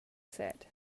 said